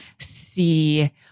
See